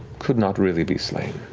could not really be slain.